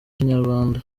ikinyarwanda